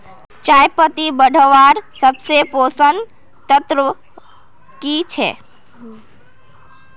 चयपत्ति बढ़वार सबसे पोषक तत्व की छे?